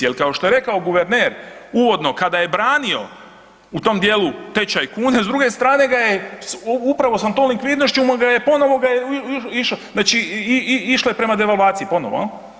Jer kao što je rekao guverner uvodno kada je branio u tom dijelu tečaj kune s druge strane ga je upravo sa tom likvidnošću ponovo ga je išao, znači išlo je prema devalvaciji ponovo.